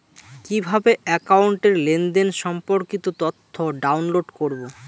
কিভাবে একাউন্টের লেনদেন সম্পর্কিত তথ্য ডাউনলোড করবো?